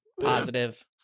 Positive